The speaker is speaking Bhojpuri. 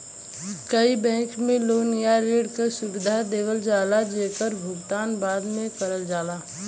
कई बैंक में लोन या ऋण क सुविधा देवल जाला जेकर भुगतान बाद में करल जाला